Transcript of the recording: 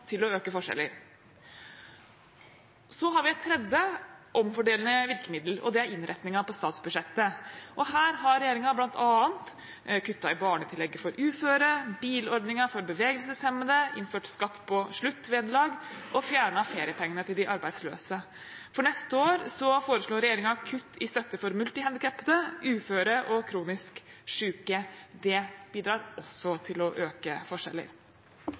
til å øke forskjeller. Så har vi et tredje omfordelende virkemiddel, og det er innretningen på statsbudsjettet. Her har regjeringen bl.a. kuttet i barnetillegget for uføre, bilordningen for bevegelseshemmede, innført skatt på sluttvederlag og fjernet feriepengene til de arbeidsløse. For neste år foreslår regjeringen kutt i støtte for multihandikappede, uføre og kronisk syke. Det bidrar også til å øke forskjeller.